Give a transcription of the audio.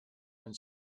and